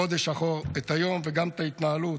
חודש אחורה, את היום וגם את ההתנהלות.